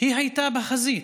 היא הייתה בחזית,